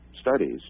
studies